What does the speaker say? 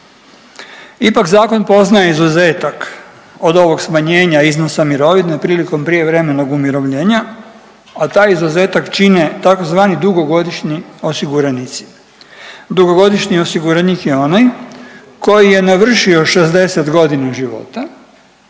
Ipak zakon poznaje izuzetak od ovog smanjenja iznosa mirovine prilikom prijevremenog umirovljenja, a taj izuzetak čine tzv. dugogodišnji osiguranici. Dugogodišnji osiguranik je onaj koji je navršio 60 godina života,